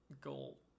goal